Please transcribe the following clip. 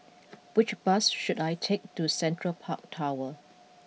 which bus should I take to Central Park Tower